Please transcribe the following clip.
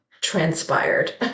transpired